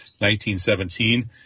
1917